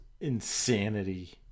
insanity